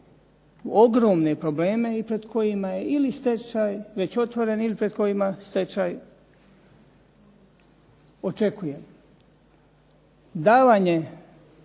ogromne probleme i pred kojima je ili stečaj već otvoren ili pred kojima stečaj očekuje. Davanje